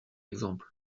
exemple